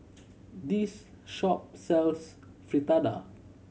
this shop sells Fritada